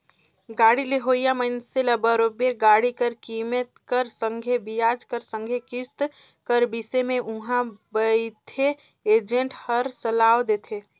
गाड़ी लेहोइया मइनसे ल बरोबेर गाड़ी कर कीमेत कर संघे बियाज कर संघे किस्त कर बिसे में उहां बइथे एजेंट हर सलाव देथे